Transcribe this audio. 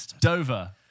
Dover